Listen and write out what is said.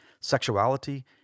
sexuality